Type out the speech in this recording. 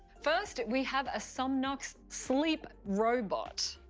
first, we have a somnox sleep robot.